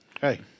Hey